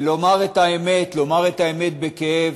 ולומר את האמת, בכאב,